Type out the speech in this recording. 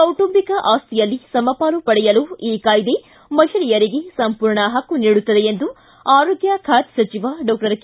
ಕೌಟುಂಬಿಕ ಆಸ್ತಿಯಲ್ಲಿ ಸಮಪಾಲು ಪಡೆಯಲು ಈ ಕಾಯ್ದೆ ಮಹಿಳೆಯರಿಗೆ ಸಂಪೂರ್ಣ ಹಕ್ಕು ನೀಡುತ್ತದೆ ಎಂದು ಆರೋಗ್ಗ ಖಾತೆ ಸಜೆವ ಡಾಕ್ಷರ್ ಕೆ